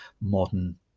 modern